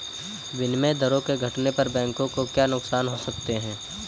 विनिमय दरों के घटने पर बैंकों को क्या नुकसान हो सकते हैं?